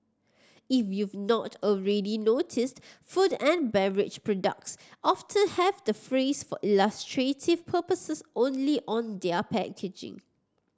if you've not already noticed food and beverage products often have the phrase for illustrative purposes only on their packaging